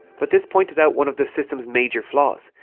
but this pointed out one of the systems major flaws.